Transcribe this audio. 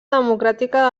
democràtica